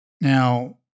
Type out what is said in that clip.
Now